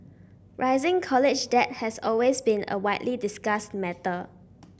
rising college debt has been a widely discussed matter